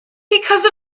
because